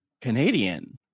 Canadian